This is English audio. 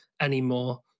anymore